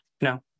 No